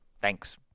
Thanks